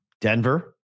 Denver